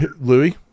Louis